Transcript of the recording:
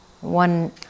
One